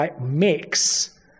mix